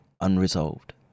unresolved